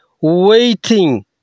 waiting